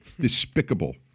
Despicable